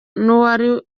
n’uwari